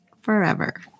forever